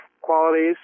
qualities